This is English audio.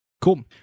Cool